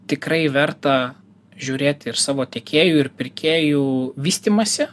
tikrai verta žiūrėti ir savo tiekėjų ir pirkėjų vystymąsi